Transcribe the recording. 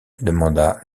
demanda